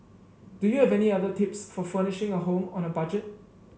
do you have any other tips for furnishing a home on a budget